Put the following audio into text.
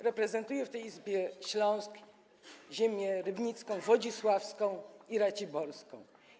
Reprezentuję w tej Izbie Śląsk, ziemie: rybnicką, wodzisławską i raciborską.